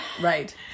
right